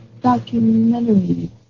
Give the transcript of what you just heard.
documentary